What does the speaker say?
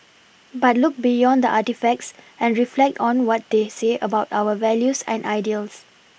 but look beyond the artefacts and reflect on what they say about our values and ideals